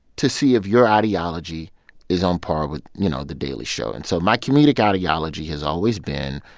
to see if your ideology is on par with, you know, the daily show. and so my comedic ideology has always been,